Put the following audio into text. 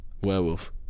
werewolf